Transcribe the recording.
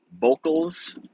vocals